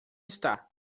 está